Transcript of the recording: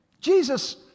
Jesus